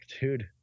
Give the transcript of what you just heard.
dude